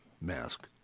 mask